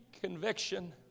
conviction